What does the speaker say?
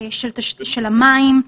של המים,